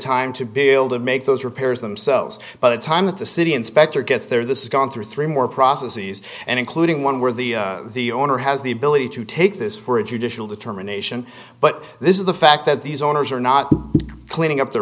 time to build and make those repairs themselves by the time that the city inspector gets there this is gone through three more processes and including one where the owner has the ability to take this for a judicial determination but this is the fact that these owners are not cleaning up their